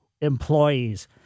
employees